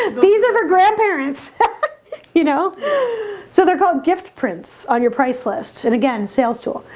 these are her grandparents you know so they're called gift prints on your price list and again sales tool.